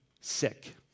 sick